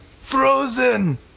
Frozen